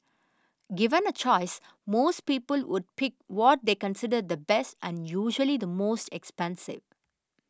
given a choice most people would pick what they consider the best and usually the most expensive